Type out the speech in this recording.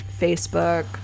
Facebook